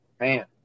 Man